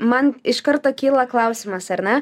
man iš karto kyla klausimas ar ne